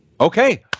Okay